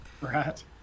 right